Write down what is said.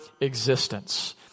existence